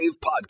Podcast